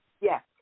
yes